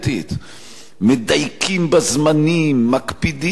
מדייקים בזמנים, מקפידים על כל תג.